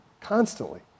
constantly